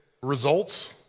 results